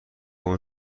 اون